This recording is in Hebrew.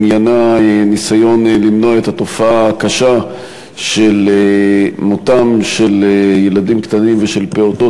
עניינה ניסיון למנוע את התופעה הקשה של מותם של ילדים קטנים ושל פעוטות